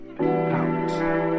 out